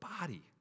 body